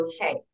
okay